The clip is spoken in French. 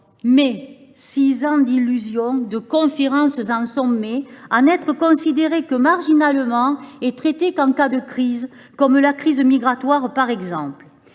aussi six ans d’illusions, de conférences en sommets, à n’être considérés que marginalement et traités qu’en cas de crise, par exemple la crise migratoire. Ce